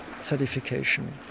certification